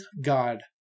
God